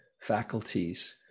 faculties